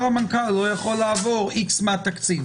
המנכ"ל לא יכול לעבור איקס מהתקציב.